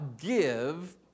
give